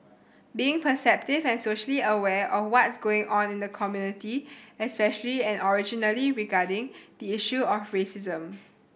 being perceptive and socially aware of what's going on in the community especially and originally regarding the issue of racism